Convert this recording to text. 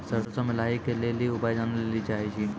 सरसों मे लाही के ली उपाय जाने लैली चाहे छी?